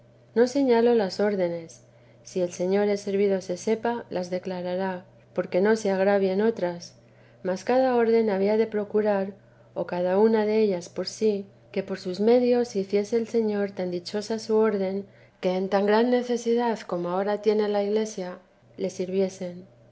no señalo las órdenes si el señor es servido se sepa las declarará porque no se agravien otras mas cada orden había de procurar o cada uno della por sí que por sus medios hiciese el señor tan dichosa su orden que en tan gran necesidad como ahora tiene la iglesia le